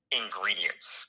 ingredients